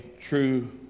true